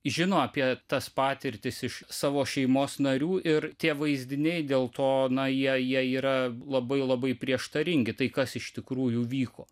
žino apie tas patirtis iš savo šeimos narių ir tie vaizdiniai dėl to na jie jie yra labai labai prieštaringi tai kas iš tikrųjų vyko